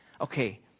Okay